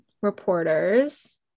reporters